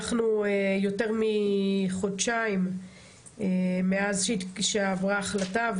יותר מחודשיים מאז שהתקבלה אותה החלטה,